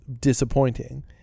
disappointing